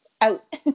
Out